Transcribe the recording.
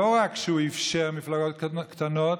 לא רק שהוא אפשר מפלגות קטנות,